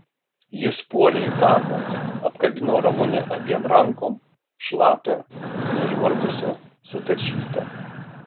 jis puolė į taką apkabino ramunę abiem rankom šlapią nužvarbusią sutaršytą